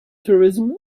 tourism